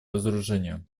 разоружению